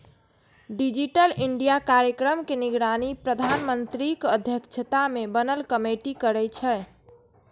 digital India कार्यक्रम के निगरानी प्रधानमंत्रीक अध्यक्षता मे बनल कमेटी करै छै